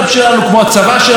כמו החיילים שלנו,